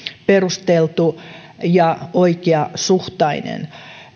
perusteltu ja oikeasuhtainen